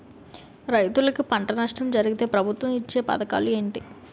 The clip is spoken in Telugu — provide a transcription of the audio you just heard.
రైతులుకి పంట నష్టం జరిగితే ప్రభుత్వం ఇచ్చా పథకాలు ఏంటి?